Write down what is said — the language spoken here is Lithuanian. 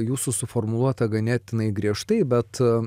jūsų suformuluota ganėtinai griežtai bet